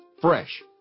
Fresh